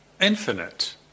infinite